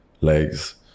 legs